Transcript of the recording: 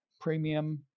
premium